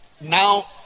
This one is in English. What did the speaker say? Now